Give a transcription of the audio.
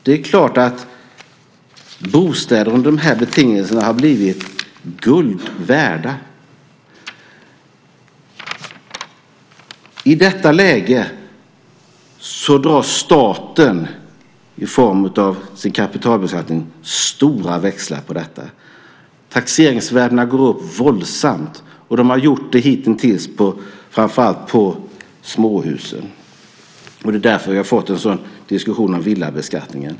Det är klart att bostäder har blivit guld värda under de här betingelserna. Staten drar stora växlar på detta i form av sin kapitalbeskattning. Taxeringsvärdena går upp våldsamt, och det har framför allt gällt småhusen. Det är därför vi har fått en diskussion om villabeskattningen.